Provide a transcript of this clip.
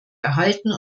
erhalten